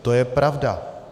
To je pravda.